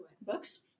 Books